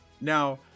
Now